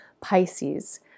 Pisces